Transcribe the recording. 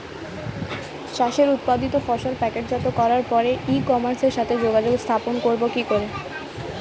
চাষের উৎপাদিত ফসল প্যাকেটজাত করার পরে ই কমার্সের সাথে যোগাযোগ স্থাপন করব কি করে?